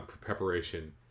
preparation